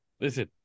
Listen